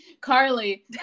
carly